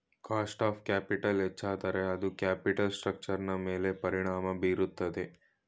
cost of capital ಹೆಚ್ಚಾದರೆ ಅದು capital ಸ್ಟ್ರಕ್ಚರ್ನ ಮೇಲೆ ಪರಿಣಾಮ ಬೀರುತ್ತದೆ